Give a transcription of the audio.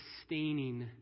sustaining